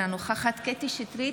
אינה נוכחת קטי קטרין שטרית,